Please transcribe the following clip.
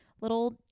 little